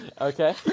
Okay